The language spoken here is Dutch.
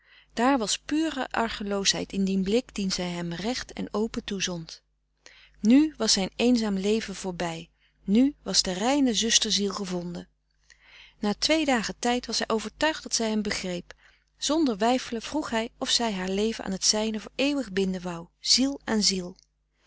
daar was pure argeloosheid in dien blik dien zij hem recht en open toezond nu was zijn eenzaam leven voorbij nu was de reine zusterziel gevonden na twee dagen tijd was hij overtuigd dat zij hem begreep zonder weifelen vroeg hij of zij haar leven aan t zijne voor eeuwig binden wou ziel aan ziel